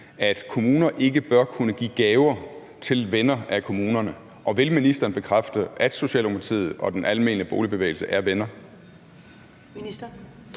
at kommuner ikke bør kunne give gaver til venner af kommunerne, og vil ministeren bekræfte, at Socialdemokratiet og den almene boligbevægelse er venner?